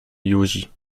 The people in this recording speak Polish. józi